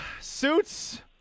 Suits